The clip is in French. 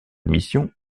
mission